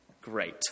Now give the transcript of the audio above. Great